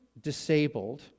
disabled